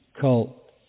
cult